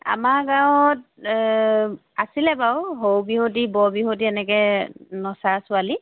আমাৰ গাঁৱত আছিলে বাৰু সৰু বিহুৱতী বৰ বিহুৱতী এনেকৈ নচা ছোৱালী